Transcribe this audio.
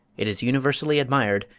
it is universally admired,